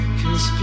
cause